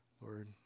Lord